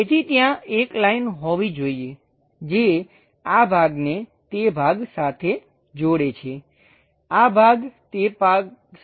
તેથી ત્યાં એક લાઈન હોવી જોઈએ જે આ ભાગને તે ભાગ સાથે જોડે છે આ ભાગ તે ભાગ સાથે જોડાય છે